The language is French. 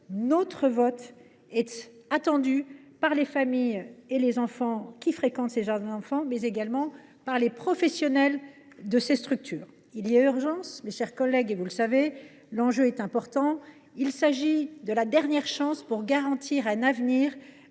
attendu non seulement par les familles et les enfants qui fréquentent les jardins d’enfants, mais aussi par les professionnels de ces structures. Il y a urgence, mes chers collègues ! Vous le savez, l’enjeu est important ; ce texte est notre dernière chance de garantir un avenir